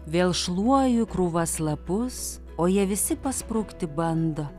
vėl šluoju į krūvas lapus o jie visi pasprukti bando